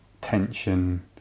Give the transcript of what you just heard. tension